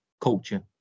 culture